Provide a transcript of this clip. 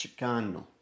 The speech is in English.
Chicano